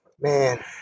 Man